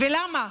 ולמה?